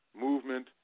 movement